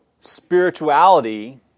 spirituality